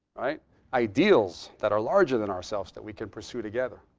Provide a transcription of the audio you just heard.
ideals that are larger than ourselves that we can pursue together.